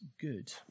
good